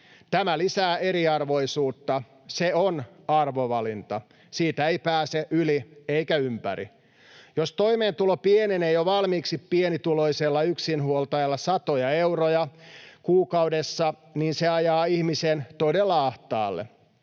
Tämä lisää eriarvoisuutta. Se on arvovalinta — siitä ei pääse yli eikä ympäri. Jos toimeentulo pienenee jo valmiiksi pienituloisella yksinhuoltajalla satoja euroja kuukaudessa, niin se ajaa ihmisen todella ahtaalle.